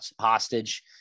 hostage